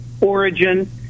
origin